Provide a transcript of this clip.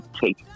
take